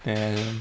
then